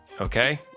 Okay